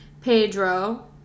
Pedro